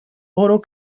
oro